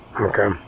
Okay